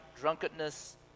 drunkenness